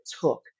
took